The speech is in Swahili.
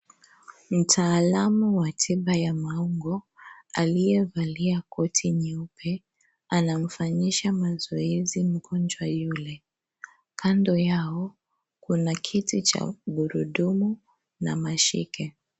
Mtaalamu wa tiba ya maungo aliyevalia koti nyeupe anamfanyisha mazoezi mgonjwa yule kando yao kuna kiti cha gurudumu na mashike.